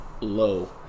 low